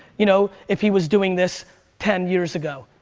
you know if he was doing this ten years ago.